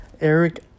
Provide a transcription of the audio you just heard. Eric